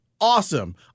awesome